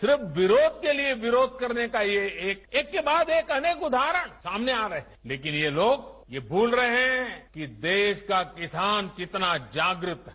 सिर्फ विरोध के लिए विरोध करने का ये एक एक के बाद एक अनेक उदाहरण सामने आ गए लेकिन ये लोग ये भूल रहे हैं कि देश का किसान कितना जागृत है